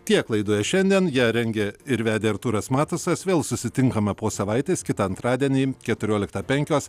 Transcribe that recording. tiek laidoje šiandien ją rengė ir vedė artūras matusas vėl susitinkame po savaitės kitą antradienį keturioliktą penkios